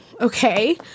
okay